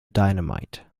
dynamite